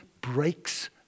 breaks